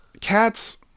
Cats